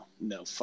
no